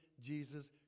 Jesus